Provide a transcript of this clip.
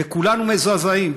וכולנו מזועזעים,